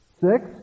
Six